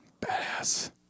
Badass